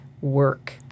work